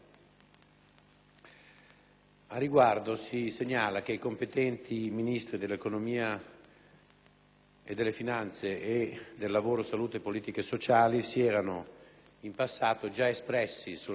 Al riguardo, si segnala che i competenti Ministri dell'economia e delle finanze e del lavoro, salute e politiche sociali si erano in passato già espressi sulla questione,